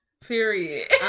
Period